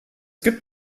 gibt